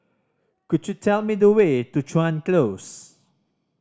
could you tell me the way to Chuan Close